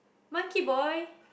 Monkey Boy